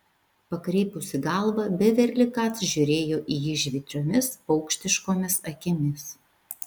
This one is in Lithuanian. pakreipusi galvą beverli kac žiūrėjo į jį žvitriomis paukštiškomis akimis